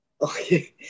okay